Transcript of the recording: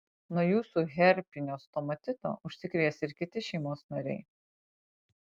nuo jūsų herpinio stomatito užsikrės ir kiti šeimos nariai